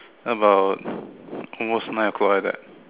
about almost nine o-clock like that